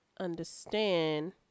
understand